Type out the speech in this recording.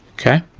okay.